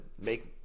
make